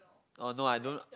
oh no I don't